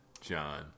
John